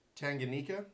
Tanganyika